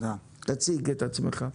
תציג את עצמך.